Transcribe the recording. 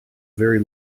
very